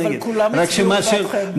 אבל כולם הצביעו בעדכם.